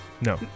No